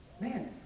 Man